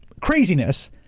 craziness.